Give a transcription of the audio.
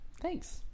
Thanks